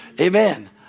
Amen